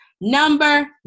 Number